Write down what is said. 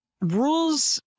Rules